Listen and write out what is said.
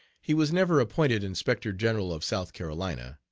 he was never appointed inspector-general of south carolina.